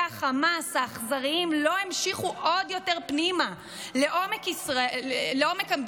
חמאס האכזריים לא המשיכו עוד יותר פנימה לעומק המדינה,